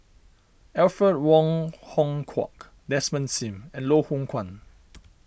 Alfred Wong Hong Kwok Desmond Sim and Loh Hoong Kwan